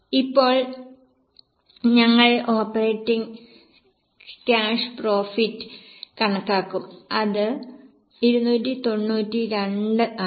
ഇപ്പോൾ ഞങ്ങൾ operating cash profit കണക്കാക്കും അത് 292 ആണ്